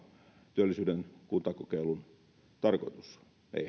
työllisyyden kuntakokeilun tarkoitus